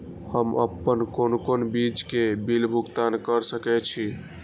हम आपन कोन कोन चीज के बिल भुगतान कर सके छी?